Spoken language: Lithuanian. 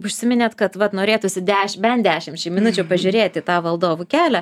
užsiminėt kad vat norėtųsi deš bent dešimčiai minučių pažiūrėti tą valdovų kelią